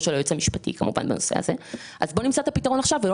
של היועץ המשפטי בנושא הזה אז בוא נמצא את הפתרון עכשיו ולא